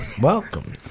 welcome